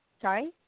sorry